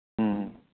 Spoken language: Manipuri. ꯎꯝ